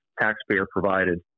taxpayer-provided